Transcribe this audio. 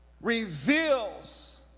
reveals